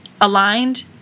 aligned